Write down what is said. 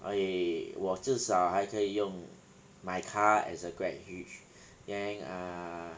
okay 我至少还可以用 my car as a grab hitch then err